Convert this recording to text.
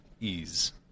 ease